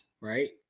right